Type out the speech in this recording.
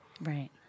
Right